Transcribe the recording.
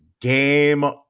game